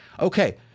Okay